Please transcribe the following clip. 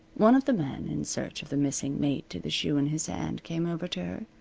one of the men, in search of the missing mate to the shoe in his hand, came over to her,